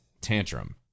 tantrum